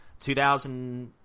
2000 –